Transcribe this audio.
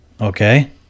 okay